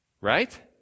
right